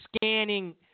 scanning